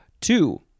Two